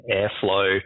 airflow